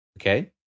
okay